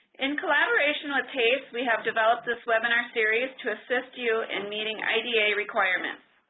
in collaboration with taese we have developed this webinar series to assist you in meeting idea requirements.